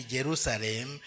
Jerusalem